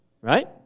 right